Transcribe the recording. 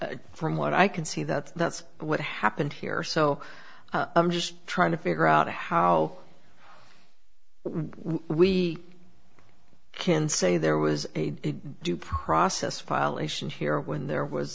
from what i can see that that's what happened here so i'm just trying to figure out how we can say there was a due process file ations here when there was